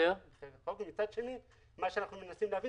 ומצד שני אנחנו מנסים להבין